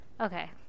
okay